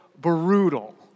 brutal